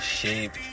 shape